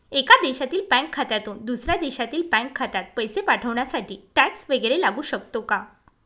एका देशातील बँक खात्यातून दुसऱ्या देशातील बँक खात्यात पैसे पाठवण्यासाठी टॅक्स वैगरे लागू शकतो का?